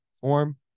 form